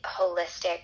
holistic